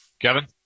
Kevin